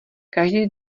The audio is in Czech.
každý